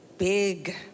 Big